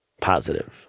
Positive